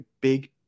big